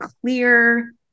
clear